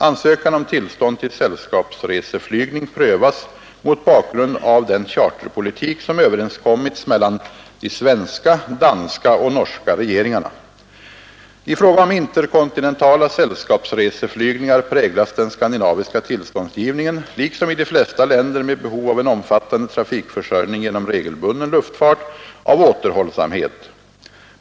Ansökan om tillstånd till sällskapsreseflygning prövas mot bakgrund av den charterpolitik som överenskommits mellan de svenska, danska och norska regeringarna. I fråga om interkontinentala sällskapsreseflygningar präglas den skandinaviska tillståndsgivningen — liksom i de flesta länder med behov av en omfattande trafikförsörjning genom regelbunden luftfart — av återhållsamhet.